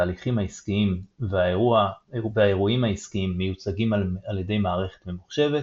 התהליכים העסקיים והאירועים העסקיים מיוצגים על ידי מערכת ממוחשבת.